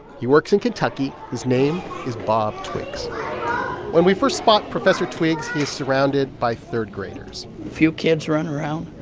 he works in kentucky. his name is bob twiggs when we first spot professor twiggs, he is surrounded by third-graders a few kids running around